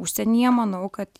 užsienyje manau kad